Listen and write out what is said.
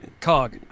Cog